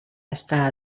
està